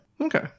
okay